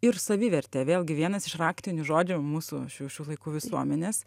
ir savivertė vėlgi vienas iš raktinių žodžių mūsų šių šių laikų visuomenės